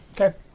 Okay